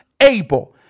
able